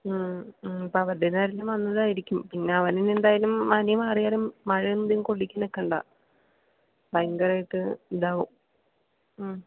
മ് മ് ഇപ്പോൾ അവരുടെന്നാരുടേന്നേലും വന്നതായിരിക്കും പിന്നെ അവനും എന്തായാലും പനി മാറിയാലും മഴയൊന്നും കൊള്ളിക്കാൻ നിൽക്കേണ്ട ഭയങ്കരായിട്ട് ഇതാവും മ്